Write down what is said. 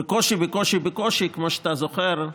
בקושי, בקושי, בקושי, כמו שאתה זוכר,